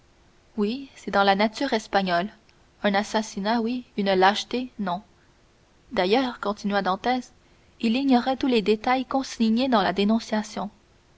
oui c'est dans la nature espagnole un assassinat oui une lâcheté non d'ailleurs continua dantès il ignorait tous les détails consignés dans la dénonciation